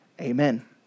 Amen